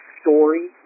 story